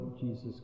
Jesus